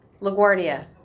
LaGuardia